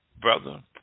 brother